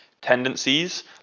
tendencies